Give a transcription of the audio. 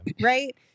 Right